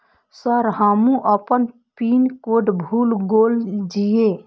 Sir हमू अपना PIN code भूल गेल जीये?